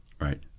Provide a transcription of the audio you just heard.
Right